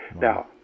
Now